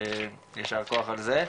יישר כוח על זה.